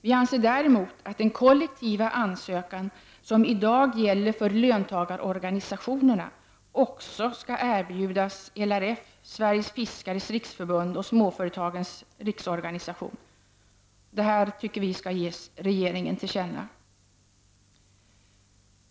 Vi anser däremot att den kollektiva ansökan, som i dag gäller för löntagarorganisationerna, också skall erbjudas LRF, Sveriges fiskares riksförbund och Småföretagens riksorganisation. Detta bör ges regeringen till känna.